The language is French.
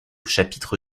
chapitre